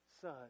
son